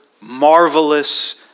marvelous